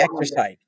exercise